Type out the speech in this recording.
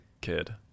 kid